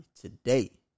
today